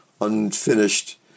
unfinished